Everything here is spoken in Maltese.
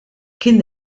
kien